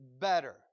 better